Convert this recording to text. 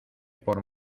por